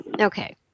Okay